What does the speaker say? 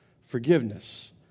Forgiveness